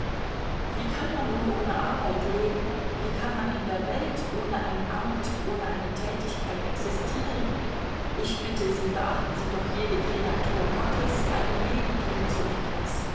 wie kann man nur ohne arbeit leben wie kann man in der welt ohne ein amt ohne eine tätigkeit existieren ich bitte sie beachten sie doch jede kreatur gottes eine jede dient zu etwas